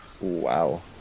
Wow